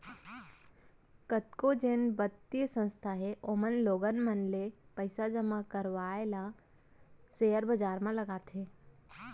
कतको जेन बित्तीय संस्था हे ओमन लोगन मन ले पइसा जमा करवाय ल सेयर बजार म लगाथे